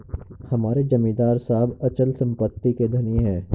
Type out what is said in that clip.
हमारे जमींदार साहब अचल संपत्ति के धनी हैं